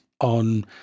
on